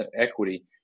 equity